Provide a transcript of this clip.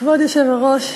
כבוד היושב-ראש,